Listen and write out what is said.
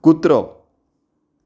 कुत्रो